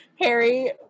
Harry